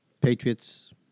Patriots